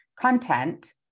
content